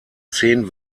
zehn